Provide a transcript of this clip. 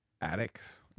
addicts